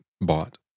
bought